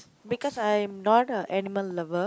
because I am not an animal lover